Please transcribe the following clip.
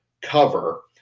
cover